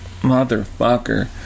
motherfucker